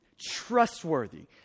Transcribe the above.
trustworthy